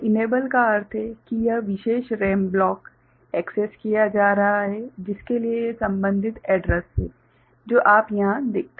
तो इनेबल का अर्थ है कि यह विशेष RAM ब्लॉक एक्सेस किया जा रहा है जिसके लिए यह संबन्धित एड्रैस है जो आप यहां देखते हैं